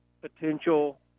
potential